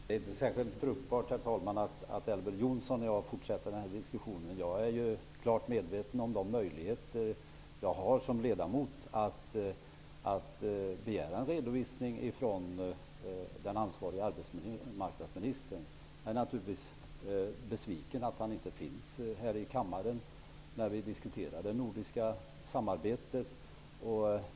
Herr talman! Det är inte särskilt fruktbart att Elver Jonsson och jag fortsätter den här diskussionen. Jag är klart medveten om de möjligheter jag som ledamot har att begära en redovisning från den ansvarige arbetsmarknadsministern. Jag är naturligtvis besviken över att han inte finns här i kammaren när vi diskuterar det nordiska samarbetet.